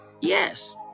Yes